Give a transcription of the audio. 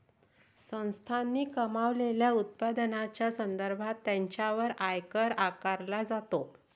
संस्थांनी कमावलेल्या उत्पन्नाच्या संदर्भात त्यांच्यावर आयकर आकारला जातो